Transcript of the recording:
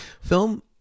Film